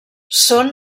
són